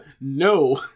No